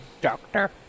Doctor